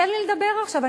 תן לי לדבר עכשיו.